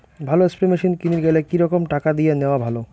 ভালো spray machine কিনির গেলে কি রকম টাকা দিয়া নেওয়া ভালো?